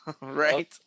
Right